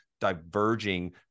diverging